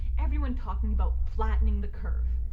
everyone talking about flattening the curve.